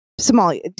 Somalia